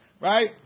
right